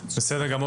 בסדר גמור.